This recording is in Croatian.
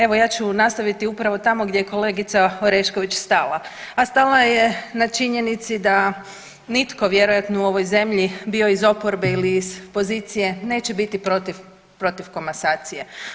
Evo ja ću nastaviti upravo tamo gdje je kolegica Orešković stala, a stala je na činjenici da nitko vjerojatno u ovoj zemlji bio iz oporbe ili iz pozicije neće biti protiv komasacije.